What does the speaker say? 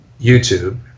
YouTube